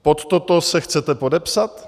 Pod toto se chcete podepsat?